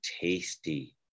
tasty